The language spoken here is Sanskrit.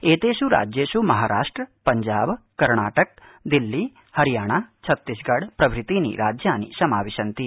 एतेष् राज्येष् महाराष्ट्र पंजाब कर्नाटक दिल्ली हरियाणा छत्तीसगढ प्रभृतीनि समाविशन्ति